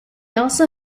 also